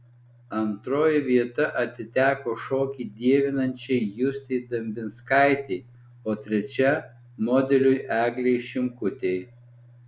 antroji vieta atiteko šokį dievinančiai justei dambinskaitei o trečia modeliui eglei šimkutei